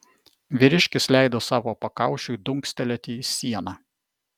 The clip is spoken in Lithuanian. vyriškis leido savo pakaušiui dunkstelėti į sieną